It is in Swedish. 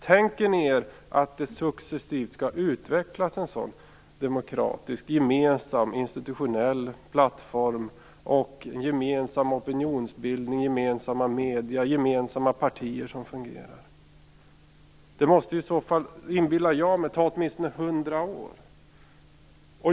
Tänker ni er att det successivt skall utvecklas en sådan demokratisk, gemensam, institutionell plattform, en gemensam opinionsbildning, gemensamma medier, gemensamma partier som fungerar? Det måste i så fall, inbillar jag mig, ta åtminstone hundra år.